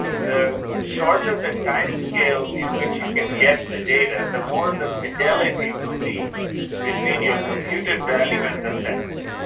the shorter the timescale in which you can get the data, the more the fidelity will be between your computed value and the set point.